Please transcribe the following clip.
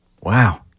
Wow